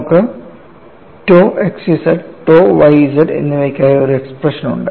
നമുക്ക് tau xz tau yz എന്നിവയ്ക്കായി ഒരു എക്സ്പ്രഷൻ ഉണ്ട്